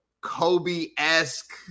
Kobe-esque